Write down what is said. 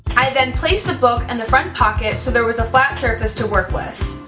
i then placed a book in the front pocket so there was a flat surface to work with.